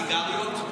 סיגריות?